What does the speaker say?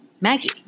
Maggie